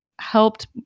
helped